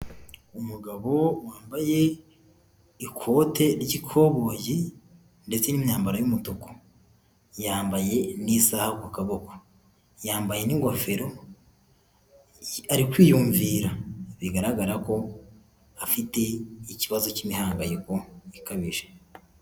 Umugabo wambaye ikote ry'ikoboyi ndetse n'imyambaro y'umutuku yambaye n'isaha mu kaboko yambaye n'ingofero ari kwiyumvira bigaragara ko afite ikibazo cy'imihangayiko ikabije.